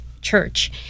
church